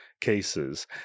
Cases